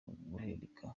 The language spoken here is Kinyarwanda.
guhirika